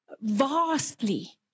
vastly